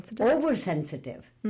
oversensitive